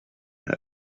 had